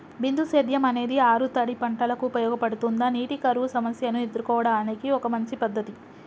బిందు సేద్యం అనేది ఆరుతడి పంటలకు ఉపయోగపడుతుందా నీటి కరువు సమస్యను ఎదుర్కోవడానికి ఒక మంచి పద్ధతి?